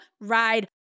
ride